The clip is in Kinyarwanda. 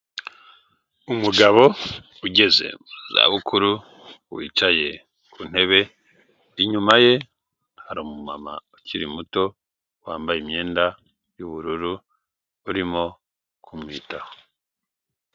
Umugabo ugeze mu zabukuru, wicaye ku ntebe, inyuma ye hari umumama ukiri muto, wambaye imyenda y'ubururu urimo kumwitaho.